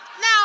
Now